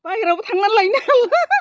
बायहेरायावबो थांनानै लायनो हाला